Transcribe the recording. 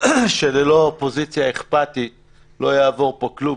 שללא אופוזיציה אכפתית לא יעבור פה כלום,